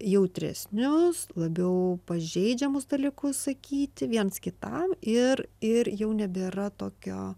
jautresnius labiau pažeidžiamus dalykus sakyti viens kitam ir ir jau nebėra tokio